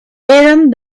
eran